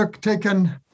taken